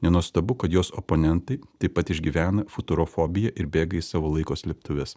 nenuostabu kad jos oponentai taip pat išgyvena futurofobiją ir bėga į savo laiko slėptuves